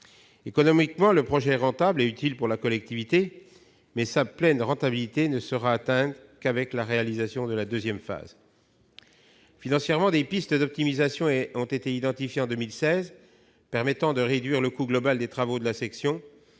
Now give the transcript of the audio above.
Économiquement, le projet est rentable et utile pour la collectivité, mais sa pleine rentabilité ne sera atteinte qu'avec la réalisation de la seconde phase. Financièrement, des pistes d'optimisation ont été identifiées en 2016, permettant de réduire le coût global des travaux de la section